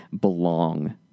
belong